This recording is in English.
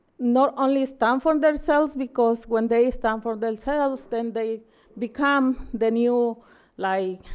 not only stand for themselves, because when they stand for themselves, then they become the new like